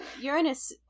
Uranus